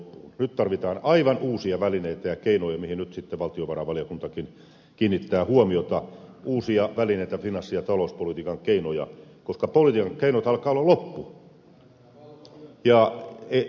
nyt tarvitaan aivan uusia välineitä ja keinoja mihin nyt sitten valtiovarainvaliokuntakin kiinnittää huomiota uusia välineitä finanssi ja talouspolitiikan keinoja koska politiikan keinot alkavat olla loppu